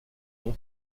non